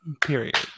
period